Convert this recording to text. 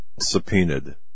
subpoenaed